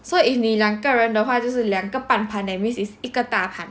so if 你两个人的话就是两个半盘 that means it's 一个大盘